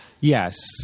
Yes